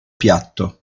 piatto